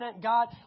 God